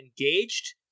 engaged